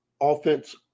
offense